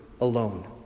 alone